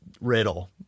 riddle